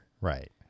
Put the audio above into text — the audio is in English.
Right